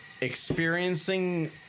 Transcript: experiencing